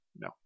No